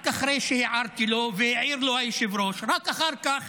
רק אחרי שהערתי לו והעיר לו היושב-ראש, רק אחר כך